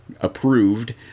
approved